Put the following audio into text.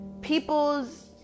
people's